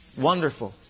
Wonderful